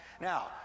Now